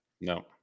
no